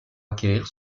acquérir